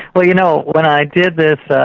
but you know, when i did this,